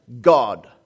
God